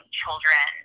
children